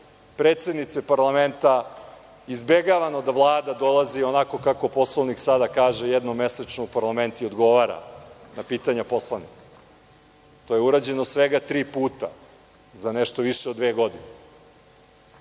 predsednice parlamenta izbegavano da Vlada dolazi, onako kako Poslovnik sada kaže, jednom mesečno u parlament i odgovara na pitanja poslanika. To je urađeno svega tri puta za nešto više od dve godine.